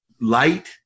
light